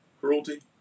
cruelty